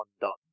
undone